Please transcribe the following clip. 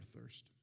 thirst